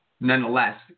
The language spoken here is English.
Nonetheless